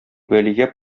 вәлигә